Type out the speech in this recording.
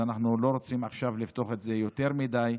אנחנו לא רוצים לפתוח את זה יותר מדי,